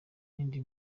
n’indi